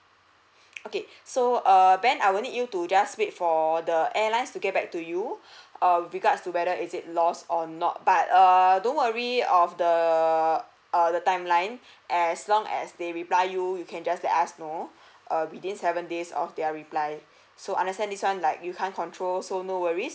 okay so err ben I will need you to just wait for the airlines to get back to you err with regards to whether is it loss or not but err don't worry of the err the timeline as long as they reply you you can just let us know err within seven days of their reply so understand this one like you can't control so no worries